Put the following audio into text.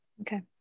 Okay